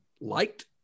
liked